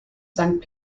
sankt